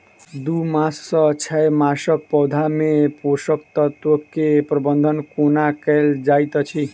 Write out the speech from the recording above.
दू मास सँ छै मासक पौधा मे पोसक तत्त्व केँ प्रबंधन कोना कएल जाइत अछि?